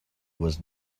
was